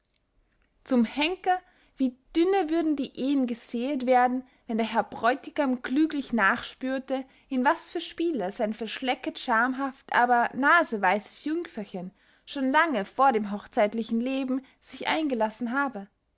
zum henker wie dünne würden die ehen gesäet werden wenn der herr bräutigam klüglich nachspührte in was für spiele sein verschlecket schamhaft aber naseweises jüngferchen schon lange vor dem hochzeitlichen leben sich eingelassen habe